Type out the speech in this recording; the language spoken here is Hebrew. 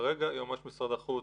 יועמ"ש משרד החוץ,